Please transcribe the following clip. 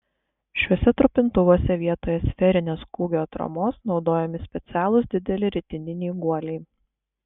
šiuose trupintuvuose vietoje sferinės kūgio atramos naudojami specialūs dideli ritininiai guoliai